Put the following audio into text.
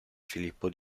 filippo